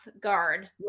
guard